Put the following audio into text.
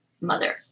mother